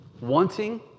wanting